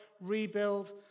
rebuild